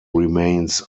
remains